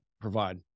provide